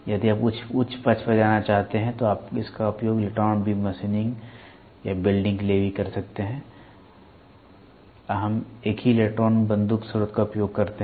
यदि आप उच्च पक्ष पर जाना चाहते हैं तो आप इसका उपयोग इलेक्ट्रॉन बीम मशीनिंग या वेल्डिंग के लिए भी कर सकते हैं हम एक ही इलेक्ट्रॉन बंदूक स्रोत का उपयोग करते हैं